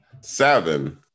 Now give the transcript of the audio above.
Seven